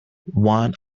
one